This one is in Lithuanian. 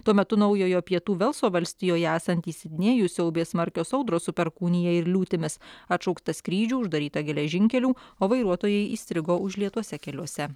tuo metu naujojo pietų velso valstijoje esantį sidnėjų siaubė smarkios audros su perkūnija ir liūtimis atšaukta skrydžių uždaryta geležinkelių o vairuotojai įstrigo užlietuose keliuose